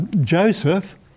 Joseph